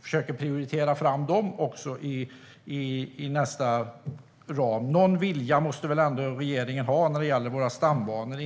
försöker prioritera också dem i nästa ram? Någon vilja måste väl ändå regeringen ha när det gäller våra stambanor?